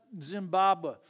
Zimbabwe